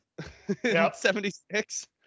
76